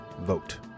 vote